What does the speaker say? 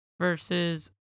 versus